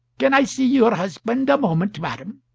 can i see your husband a moment, madam?